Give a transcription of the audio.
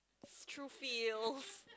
true feels